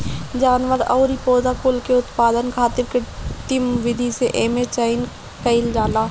जानवर अउरी पौधा कुल के उत्पादन खातिर कृत्रिम विधि से एमे चयन कईल जाला